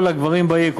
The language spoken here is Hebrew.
כל הגברים בעיר,